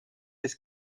des